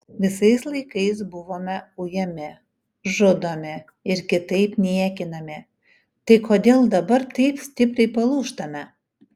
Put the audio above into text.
visais laikais buvome ujami žudomi ir kitaip niekinami tai kodėl dabar taip stipriai palūžtame